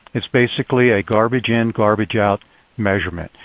it's basically a garbage in, garbage out measurement.